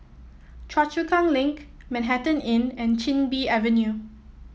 Choa Chu Kang Link Manhattan Inn and Chin Bee Avenue